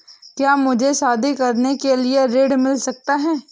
क्या मुझे शादी करने के लिए ऋण मिल सकता है?